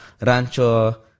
rancho